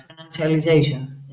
financialization